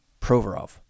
Provorov